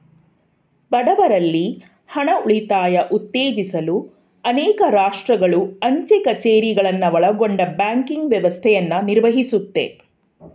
ಬಡವ್ರಲ್ಲಿ ಹಣ ಉಳಿತಾಯ ಉತ್ತೇಜಿಸಲು ಅನೇಕ ರಾಷ್ಟ್ರಗಳು ಅಂಚೆ ಕಛೇರಿಗಳನ್ನ ಒಳಗೊಂಡ ಬ್ಯಾಂಕಿಂಗ್ ವ್ಯವಸ್ಥೆಯನ್ನ ನಿರ್ವಹಿಸುತ್ತೆ